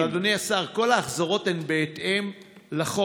אבל אדוני השר, כל ההחזרות הן בהתאם לחוק.